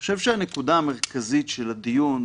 אני חושב שהנקודה המרכזית של הדיון,